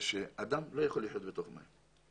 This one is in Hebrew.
שאדם לא יכול לחיות בתוך מים.